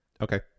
Okay